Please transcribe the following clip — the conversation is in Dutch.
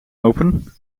open